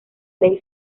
ley